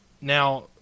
now